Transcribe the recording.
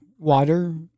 Water